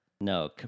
No